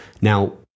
Now